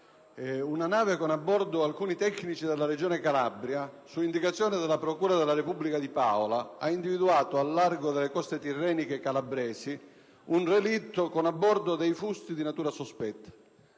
una nave con a bordo alcuni tecnici della Regione Calabria, su indicazione della procura della Repubblica di Paola, ha individuato, al largo delle coste tirreniche calabresi, un relitto con a bordo dei fusti di natura sospetta.